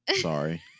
Sorry